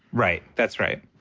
right. that's right.